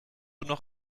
noch